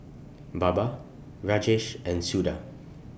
Baba Rajesh and Suda